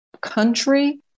country